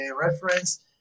reference